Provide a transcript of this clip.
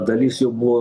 dalis jau buvo